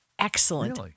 Excellent